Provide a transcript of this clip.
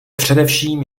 především